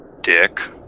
dick